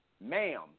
ma'am